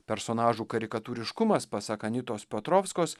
personažų karikatūriškumas pasak anitos piotrovskos